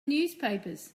newspapers